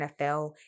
NFL